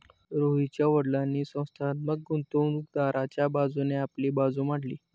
रोहितच्या वडीलांनी संस्थात्मक गुंतवणूकदाराच्या बाजूने आपली बाजू मांडली